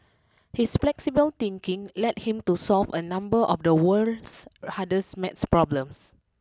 his flexible thinking led him to solve a number of the world's hardest math problems